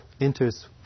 enters